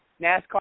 NASCAR